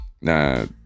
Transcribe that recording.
Now